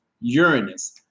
Uranus